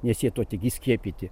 nes jie tuo tik įskiepyti